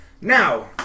Now